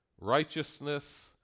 righteousness